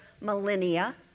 millennia